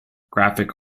graphic